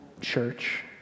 church